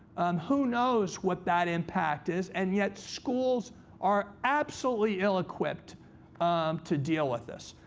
who knows what that impact is. and yet, schools are absolutely ill-equipped to deal with this.